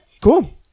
cool